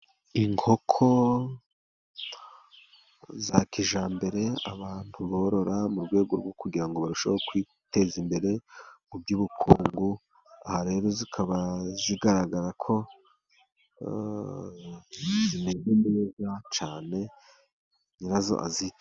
Inkoko za kijyambere abantu borora mu rwego rwo kugira ngo barusheho kwiteza imbere mu by'ubukungu, aha rero zikaba zigaragara ko zimeze neza cyane, nyirazo azitayeho.